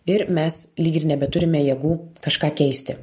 ir mes lyg ir nebeturime jėgų kažką keisti